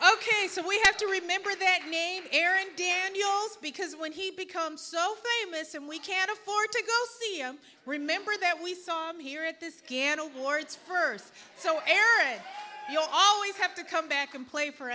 ok so we have to remember that aaron daniels because when he become so famous and we can't afford to go see oh remember that we saw him here at this piano awards first so you always have to come back and play for